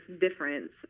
difference